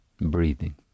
breathing